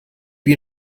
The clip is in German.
wie